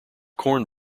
corn